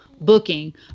booking